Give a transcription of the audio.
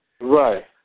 Right